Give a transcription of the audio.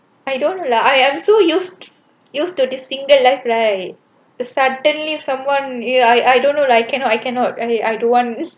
I don't know lah I am so used used to the single life right suddenly someone you I I don't know lah I cannot I cannot and I don't want